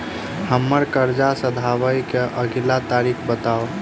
हम्मर कर्जा सधाबई केँ अगिला तारीख बताऊ?